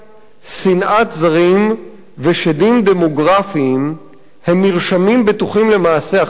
שנאת זרים ושדים דמוגרפיים הם מרשמים בטוחים למעשה אכזריות,